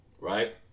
right